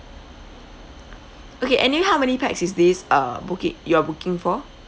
okay anyway how many pax is this uh booking you're booking for